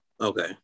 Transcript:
okay